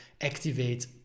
activate